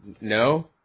no